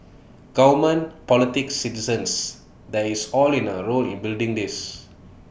government politics citizens there is all in A role in building this